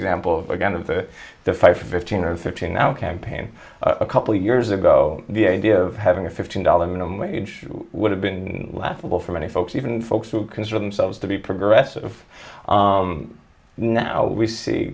example of again of the the five fifteen or thirteen now campaign a couple of years ago the idea of having a fifteen dollar minimum wage would have been laughable for many folks even folks who consider themselves to be progressive now we see